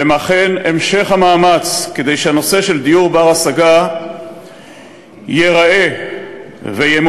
והם אכן המשך המאמץ כדי שהנושא של דיור בר-השגה ייראה וימומש,